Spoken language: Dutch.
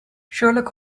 sherlock